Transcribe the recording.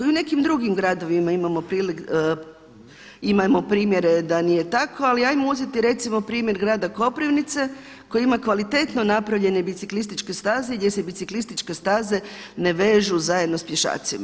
I u nekim drugim gradovima imamo primjere da nije tako, ali hajmo uzeti recimo primjer grada Koprivnice koji ima kvalitetno napravljene biciklističke staze gdje se biciklističke staze ne vežu zajedno sa pješacima.